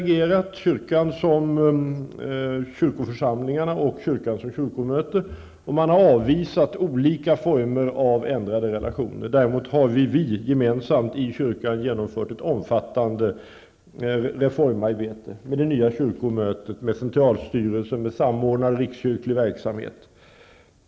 Jag tänker då på kyrkan i form av kyrkoförsamlingarna och på kyrkan i form av kyrkomötet. Förslag om olika former av ändrade relationer har avvisats. Däremot har vi gemensamt i kyrkan genomfört ett omfattande reformarbete. Jag tänker här på detta med den nya typen av kyrkomöte, med centralstyrelse och med samordnad rikskyrklig verksamhet.